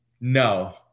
no